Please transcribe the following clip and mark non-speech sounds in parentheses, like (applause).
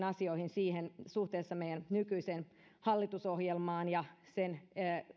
(unintelligible) asioihin suhteessa meidän nykyiseen hallitusohjelmaan ja sen